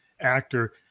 Actor